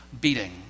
beating